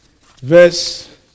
Verse